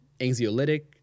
anxiolytic